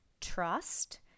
trust